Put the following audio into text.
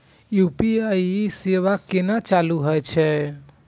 UPI सेवा केना चालू है छै?